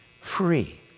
free